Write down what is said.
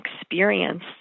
experience